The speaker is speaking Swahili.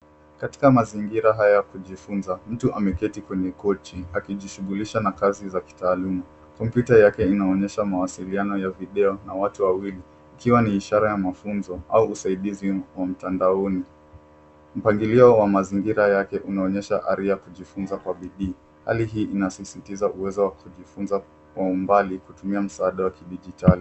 Katika mazingira haya kujifunza, mtu ameketi kwenye kochi akijishughulisha na kazi za kitaaluma. Kompyuta yake inaonyesha mawasiliano ya video na watu wawili. Ikiwa ni ishara ya mafunzo au usaidizi wa mtandaoni. Mpangilio wa mazingira yake unaonyesha hali kujifunza kwa bidii. Hali hii inasisitiza uwezo wa kujifunza kuwa mbali kutumia msaada wa kidijitali.